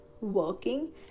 working